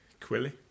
Quilly